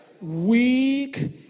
Weak